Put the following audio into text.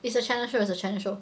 it's a China show it's a China show